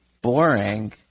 boring